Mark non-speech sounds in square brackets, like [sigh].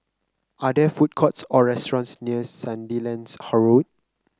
are there food courts or restaurants near Sandilands [noise] Road